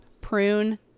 prune